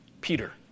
Peter